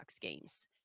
games